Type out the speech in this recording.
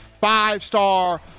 five-star